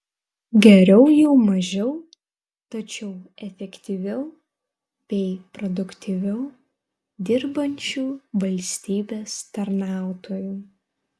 geriau jau mažiau tačiau efektyviau bei produktyviau dirbančių valstybės tarnautojų